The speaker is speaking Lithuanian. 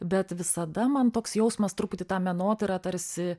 bet visada man toks jausmas truputį tą menotyrą tarsi